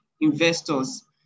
investors